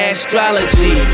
Astrology